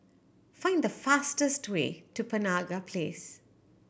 find the fastest way to Penaga Place